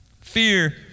Fear